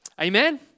Amen